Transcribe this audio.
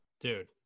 dude